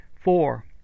Four